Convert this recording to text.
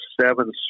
seven